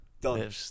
done